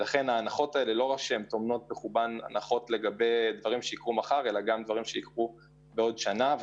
ההנחות הללו טומנות בחובן דברים שיקרו אפילו בעוד שנה.